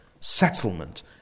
settlement